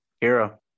Hero